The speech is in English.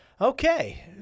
Okay